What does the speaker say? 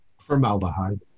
Formaldehyde